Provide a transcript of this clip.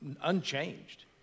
unchanged